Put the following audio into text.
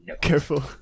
careful